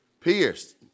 pierced